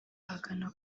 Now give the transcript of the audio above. ahakana